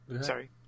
sorry